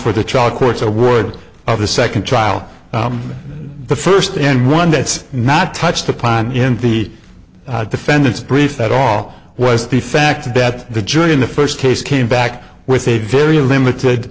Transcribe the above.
for the child court's a word of the second trial the first and one that's not touched upon in the defendant's brief that all was the fact that the jury in the first case came back with a very limited